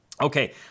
okay